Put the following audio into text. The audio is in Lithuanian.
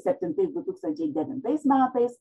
septintais du tūkstančiai devintais metais